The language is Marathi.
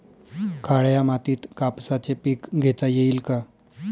काळ्या मातीत कापसाचे पीक घेता येईल का?